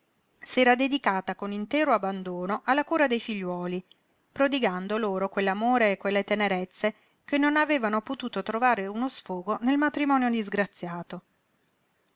spirito s'era dedicata con intero abbandono alla cura dei figliuoli prodigando loro quell'amore e quelle tenerezze che non avevano potuto trovare uno sfogo nel matrimonio disgraziato